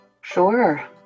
Sure